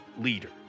leader